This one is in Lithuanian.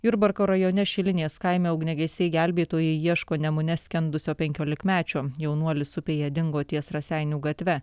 jurbarko rajone šilinės kaime ugniagesiai gelbėtojai ieško nemune skendusio penkiolikmečio jaunuolis upėje dingo ties raseinių gatve